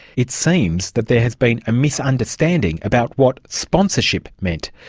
it seems that there has been a misunderstanding about what sponsorship meant.